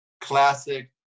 classic